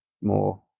more